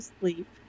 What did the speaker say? sleep